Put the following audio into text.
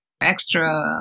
extra